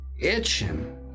itching